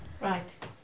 Right